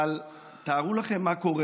אבל תארו לכם מה קורה